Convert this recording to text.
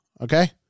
okay